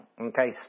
Okay